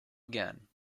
again